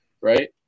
Right